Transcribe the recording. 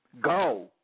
Go